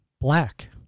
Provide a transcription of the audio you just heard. black